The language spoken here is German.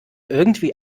irgendwie